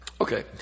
Okay